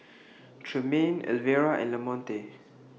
Tremaine Elvera and Lamonte